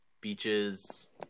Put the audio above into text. beaches